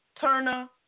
Turner